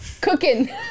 Cooking